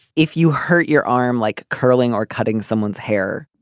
if you hurt your arm like curling or cutting someone's hair.